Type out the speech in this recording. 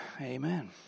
amen